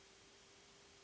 Hvala.